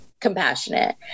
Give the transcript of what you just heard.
compassionate